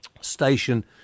station